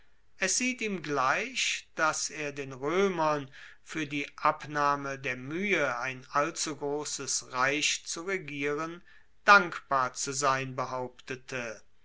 es sieht ihm gleich dass er den roemern fuer die abnahme der muehe ein allzugrosses reich zu regieren dankbar zu sein behauptete